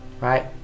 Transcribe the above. right